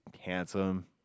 handsome